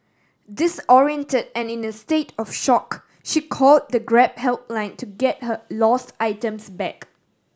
disoriented and in a state of shock she call the Grab helpline to get her lost items back